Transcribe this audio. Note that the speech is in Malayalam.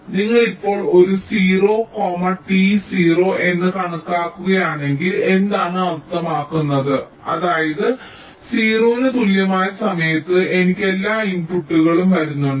അതിനാൽ നിങ്ങൾ ഇപ്പോൾ ഒരു 0 t 0 എന്ന് കണക്കാക്കുകയാണെങ്കിൽ എന്താണ് അർത്ഥമാക്കുന്നത് അതായത് 0 ന് തുല്യമായ സമയത്ത് എനിക്ക് എല്ലാ ഇൻപുട്ടുകളും വരുന്നുണ്ട്